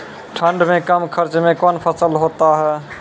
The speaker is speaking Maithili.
ठंड मे कम खर्च मे कौन फसल होते हैं?